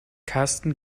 karsten